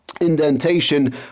indentation